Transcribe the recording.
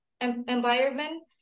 environment